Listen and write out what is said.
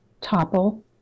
topple